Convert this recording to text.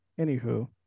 Anywho